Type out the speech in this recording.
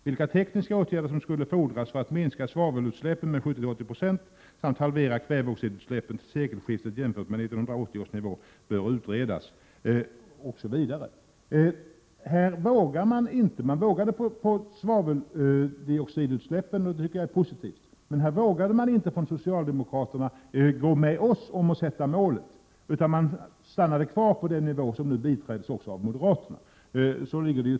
Vilka tekniska åtgärder som skulle fordras för att minska svavelutsläppen med 70—80 960 samt halvera kväveoxidutsläppen till sekelskiftet jämfört med 1980 års nivå bör utredas.” Man vågade sätta gränser för svaveldioxidutsläppen, och det är positivt, men här vågade man inte gå med på vårt mål, utan stannade kvar på den nivå som biträds av moderaterna.